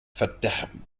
verderben